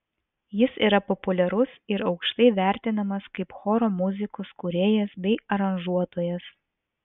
jis yra populiarus ir aukštai vertinamas kaip choro muzikos kūrėjas bei aranžuotojas